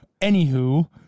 anywho